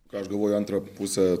ką aš galvoju antrą pusę